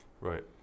right